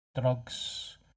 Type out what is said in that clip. drugs